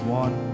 one